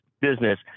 business